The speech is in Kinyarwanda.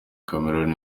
cameroon